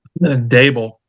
Dable